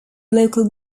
local